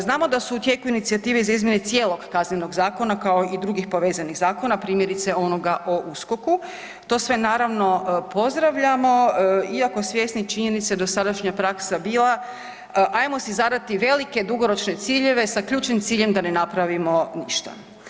Znamo da su u tijeku inicijative za izmjenu cijelog Kaznenog zakona kao i drugih povezanih zakona primjerice onoga o USKOK-u to sve naravno pozdravljamo iako svjesni činjenice da je sadašnja praksa bila ajmo si zadati velike dugoročne ciljeve sa ključnim ciljem da ne napravimo ništa.